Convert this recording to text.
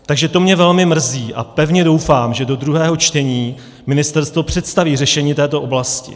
Takže to mě velmi mrzí a pevně doufám, že do druhého čtení ministerstvo představí řešení této oblasti.